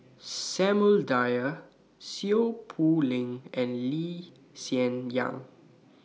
Samuel Dyer Seow Poh Leng and Lee Hsien Yang